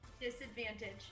Disadvantage